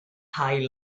hail